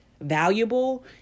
valuable